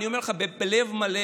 אני אומר לך בלב מלא,